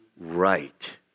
right